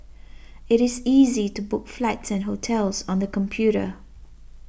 it is easy to book flights and hotels on the computer